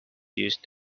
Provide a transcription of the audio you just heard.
used